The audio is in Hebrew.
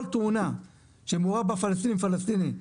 כל תאונה שמעורב בה פלסטינים ופלסטינים,